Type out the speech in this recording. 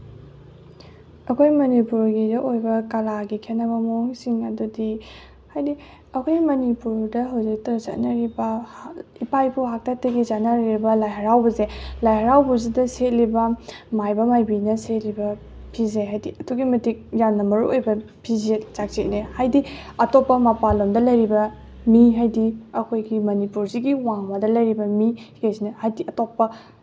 ꯑꯩꯈꯣꯏ ꯃꯅꯤꯄꯨꯔꯒꯤꯗ ꯑꯣꯏꯕ ꯀꯂꯥꯒꯤ ꯈꯦꯅꯕ ꯃꯑꯣꯡꯁꯤꯡ ꯑꯗꯨꯗꯤ ꯍꯥꯏꯗꯤ ꯑꯩꯈꯣꯏ ꯃꯅꯤꯄꯨꯔꯗ ꯍꯧꯖꯤꯛ ꯆꯠꯅꯔꯤꯕ ꯏꯄꯥ ꯏꯄꯨ ꯍꯥꯛꯇꯛꯇꯒꯤ ꯆꯠꯅꯔꯤꯕ ꯂꯥꯏ ꯍꯔꯥꯎꯕꯁꯦ ꯂꯥꯏ ꯍꯔꯥꯎꯕꯁꯤꯗ ꯁꯦꯠꯂꯤꯕ ꯃꯥꯏꯕ ꯃꯥꯏꯕꯤꯅ ꯁꯦꯠꯂꯤꯕ ꯐꯤꯁꯦ ꯍꯥꯏꯗꯤ ꯑꯗꯨꯛꯀꯤ ꯃꯇꯤꯛ ꯌꯥꯝꯅ ꯃꯔꯨꯑꯣꯏꯕ ꯐꯤꯖꯦꯠ ꯆꯥꯛꯆꯦꯠꯅꯦ ꯍꯥꯏꯗꯤ ꯑꯇꯣꯞꯄ ꯃꯄꯥꯜꯂꯝꯗ ꯂꯩꯔꯤꯕ ꯃꯤ ꯍꯥꯏꯗꯤ ꯑꯩꯈꯣꯏꯒꯤ ꯃꯅꯤꯄꯨꯔꯁꯤꯒꯤ ꯋꯥꯡꯃꯗ ꯂꯩꯔꯤꯕ ꯃꯤꯈꯩꯁꯤꯅ ꯍꯥꯏꯗꯤ ꯑꯇꯣꯞꯄ